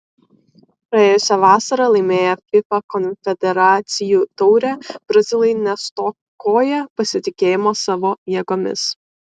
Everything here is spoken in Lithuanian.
praėjusią vasarą laimėję fifa konfederacijų taurę brazilai nestokoja pasitikėjimo savo jėgomis